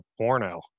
porno